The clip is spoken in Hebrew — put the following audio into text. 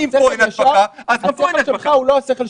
השכל שלך הוא לא השכל שלי.